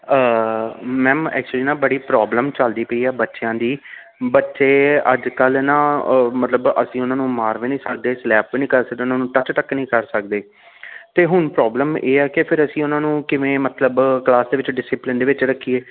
ma'am actually ਨਾ ਬੜੀ problem ਚੱਲਦੀ ਪਈ ਆ ਬੱਚਿਆਂ ਦੀ ਬੱਚੇ ਅੱਜ ਕੱਲ੍ਹ ਨਾ ਅ ਮਤਲਬ ਅਸੀਂ ਉਹਨਾਂ ਨੂੰ ਮਾਰ ਵੀ ਨਹੀਂ ਸਕਦੇ ਸਲੈਪ ਵੀ ਨਹੀਂ ਕਰ ਸਕਦੇ ਉਹਨਾਂ ਨੂੰ ਟੱਚ ਤੱਕ ਨਹੀਂ ਕਰ ਸਕਦੇ ਅਤੇ ਹੁਣ ਪ੍ਰੋਬਲਮ ਇਹ ਆ ਕਿ ਫਿਰ ਅਸੀਂ ਉਹਨਾਂ ਨੂੰ ਕਿਵੇਂ ਮਤਲਬ ਕਲਾਸ ਦੇ ਵਿੱਚ ਡਿਸਿਪਲਿਨ ਦੇ ਵਿੱਚ ਰੱਖੀਏ